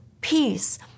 Peace